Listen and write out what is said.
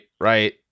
right